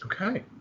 Okay